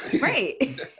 Right